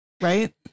right